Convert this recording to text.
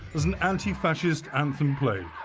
as an anti-fascist anthem played.